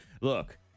Look